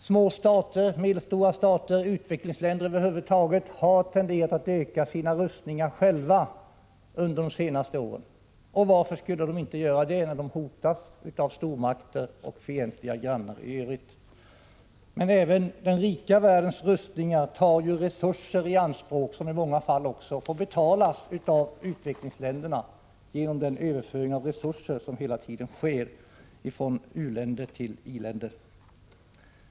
Små stater, medelstora stater, utvecklingsländer över huvud taget har tenderat att öka sina rustningar under de senaste åren. Och varför skulle de inte göra det, när de hotas av stormakter och fientliga grannar i övrigt? Men även den rika världens rustningar tar tillgångar i anspråk som i många fall får betalas av utvecklingsländerna genom den överföring av resurser som hela tiden sker från u-länder till i-länder.